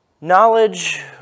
Knowledge